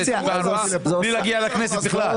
בלי להגיע לכנסת בכלל.